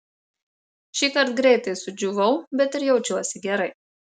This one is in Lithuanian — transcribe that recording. šįkart greitai sudžiūvau bet ir jaučiuosi gerai